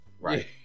right